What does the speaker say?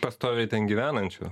pastoviai ten gyvenančių